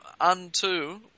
unto